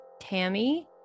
Tammy